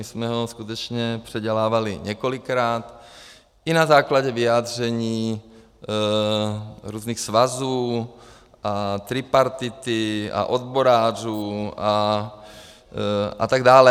My jsme ho skutečně předělávali několikrát i na základě vyjádření různých svazů, tripartity, odborářů a tak dále.